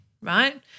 right